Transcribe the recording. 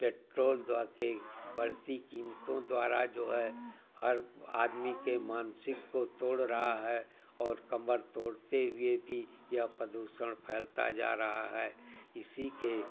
petrol के बढ़ती क़ीमतों द्वारा जो है हर आदमी के मानसिक को तोड़ रहा है और कमर तोड़ते हुए भी यह प्रदूषण फैलता जा रहा है इसी के